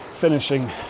finishing